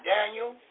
Daniel